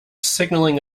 signalling